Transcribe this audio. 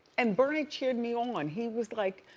and bernie cheered me on, he was like,